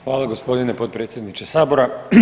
Hvala gospodine potpredsjedniče sabora.